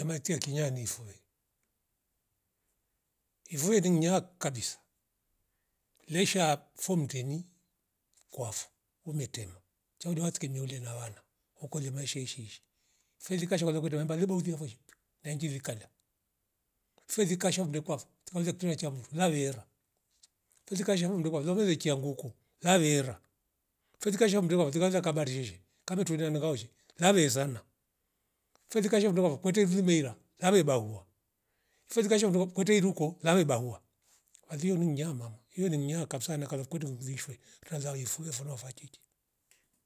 Namatia kinya nifwe, ivuwe ling nyava kabisa lesha fumdemi kwafo umetema charua chikie mirilwe na wana ukoli mei sheishi filika kasha valakute wemba himbo mfiavosha na ingiri kala feli kasha mdwekavo tazatue na chamdu lawiera, fuzikasha undo kwa zolovekia nunguko lavera vezikasha mndweva katika kabari shishi kamitwela nanga osha navesana, filikasha mndova kwakwete vumeria nare bahua felikasha unduva kwete hiruko lawe bahua balia ning nyama huyo ling nya kabisa nakakola kutivumlishwe utaza weifura fora vatiti